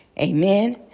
Amen